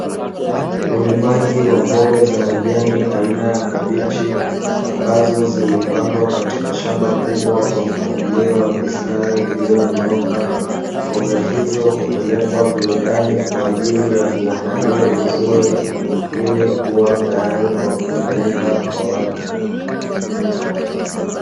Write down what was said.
Ulimaji wa mboga za majani aina ya kabichi ambazo zimepandwa katika shamba kubwa kwa mpangilio wa mistari iliyonyooka, mboga hizo hupelekwa kiwandani kwa ajili ya kuandaliwa vizuri ili kuwa tayari kwa kutumika kwa watu.